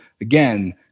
again